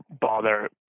bother